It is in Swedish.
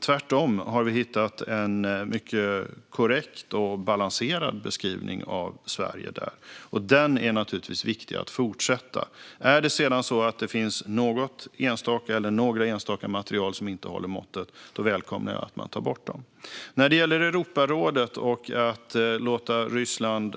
Tvärtom har vi hittat en mycket korrekt och balanserad beskrivning av Sverige där. Den är naturligtvis viktig att fortsätta med. Är det sedan så att det finns något enstaka eller några enstaka material som inte håller måttet välkomnar jag att man tar bort dem. När det gäller Europarådet och att låta Ryssland